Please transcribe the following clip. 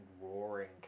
roaring